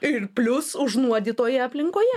ir plius užnuodytoje aplinkoje